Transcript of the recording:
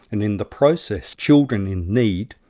and in the process children in need,